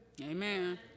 Amen